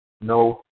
no